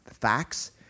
facts